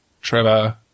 Trevor